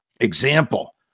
Example